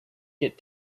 get